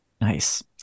Nice